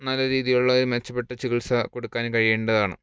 നല്ല രീതിയിലുള്ള ഒരു മെച്ചപ്പെട്ട ചികിത്സ കൊടുക്കാൻ കഴിയേണ്ടതാണ്